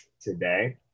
today